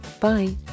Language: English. Bye